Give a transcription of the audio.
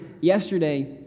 yesterday